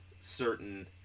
certain